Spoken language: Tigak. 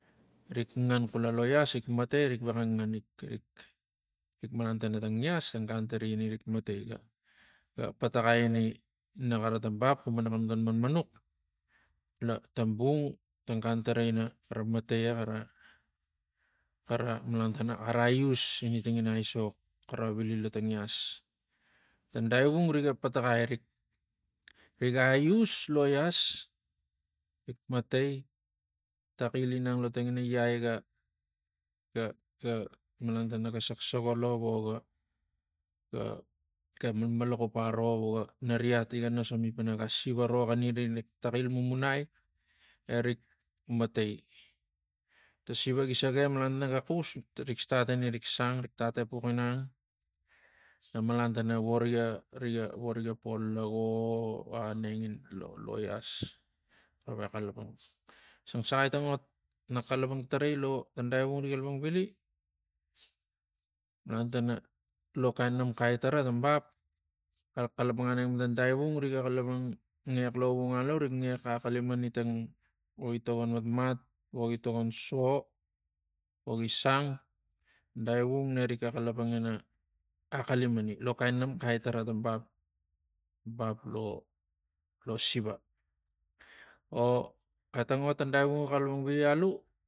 Rik ngan kula loias rik matai rik vexa ngan rik malon tana tang ias tang gan tari ina matai ga- ga- ga pataxaiani naxara tang bap xum pana xematan manmanux lo tang bung ta gan tara ina matai e xara xara malantana xara aius ina tangina aisok xara vili lo tang ias. Ta daivung riga pataxai rik rig us lo ias rik matai taxil inang lo tangina ngiai ga- ga- ga malantana ga sogsogovio vo ga maimaiuxup aro vo nari iat riga nasami pana ga siva ro xanari rik taxil mumunai erik matai. ta siva gi se ge malanatana naga xus rik stat iririk song rik tat epux ginang emalantana vo riga ga- ga vo riga po lagovo aneng lo ias navexa calapang xisang saxai tang ol na xalapang tarai lo ta daivung rig xalapang vili malantana lo kain namxai tara tong bap xara xalapang aneng pana tang daivung riga xalapong ngias lovung aiu rik ngias axalimani vogi togon matmat vogi togon so vogi sang. Daivung nreikxe xalapang ina axalimani lo kain namxai tara tong bap- bap lo siva o xetang ot la daivung ga calapang vili aiu.